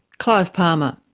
clive palmer.